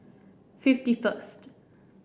fifty first